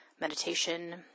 meditation